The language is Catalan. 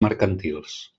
mercantils